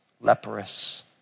leprous